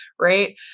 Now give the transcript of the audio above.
right